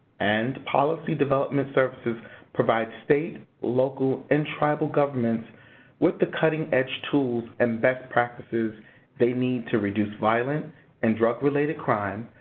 and policy development services provide state, local, and tribal governments with the cutting-edge tools and best practices they need to reduce violent and drug-related crime,